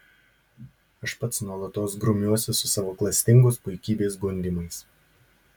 aš pats nuolatos grumiuosi su savo klastingos puikybės gundymais